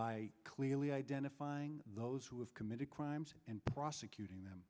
buy clearly identifying those who have committed crimes and prosecuting them